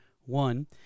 One